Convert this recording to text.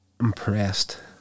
impressed